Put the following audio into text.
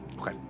Okay